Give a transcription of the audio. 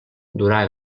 durà